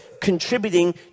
contributing